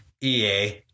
EA